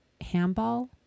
handball